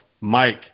Mike